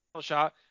shot